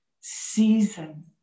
season